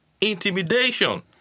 intimidation